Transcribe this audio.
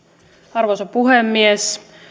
arvoisa puhemies